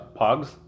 Pogs